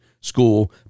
school